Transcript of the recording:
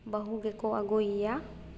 ᱵᱟᱹᱦᱩᱜᱮᱠᱚ ᱟᱹᱜᱩᱭᱮᱭᱟ